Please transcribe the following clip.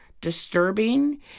disturbing